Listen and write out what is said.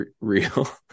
real